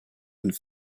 and